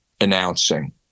announcing